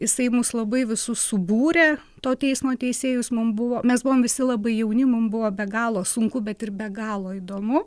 jisai mus labai visus subūrė to teismo teisėjus mum buvo mes buvom visi labai jauni mum buvo be galo sunku bet ir be galo įdomu